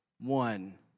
one